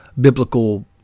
biblical